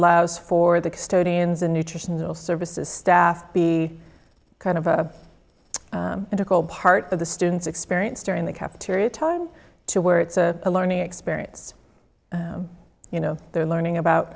allows for the custodians in nutritional services staff be kind of a medical part of the students experience during the cafeteria time to where it's a learning experience you know they're learning about